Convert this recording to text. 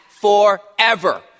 forever